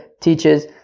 teaches